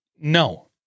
No